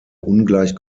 ungleich